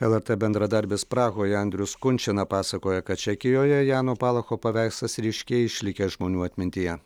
lrt bendradarbis prahoje andrius kunčina pasakoja kad čekijoje jano palacho paveikslas ryškiai išlikęs žmonių atmintyje